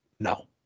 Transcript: No